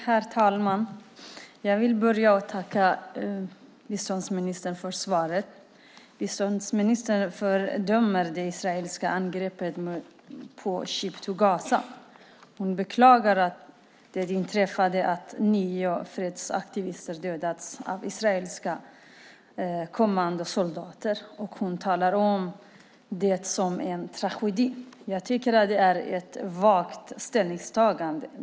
Herr talman! Jag vill börja med att tacka biståndsministern för svaret. Biståndsministern fördömer det israeliska angreppet på Ship to Gaza. Hon beklagar det inträffade att nio fredsaktivister dödats av israeliska kommandosoldater, och hon talar om det som en tragedi. Jag tycker att det är ett vagt ställningstagande.